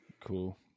Cool